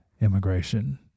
immigration